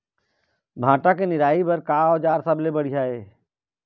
भांटा के निराई बर का औजार सबले बढ़िया ये?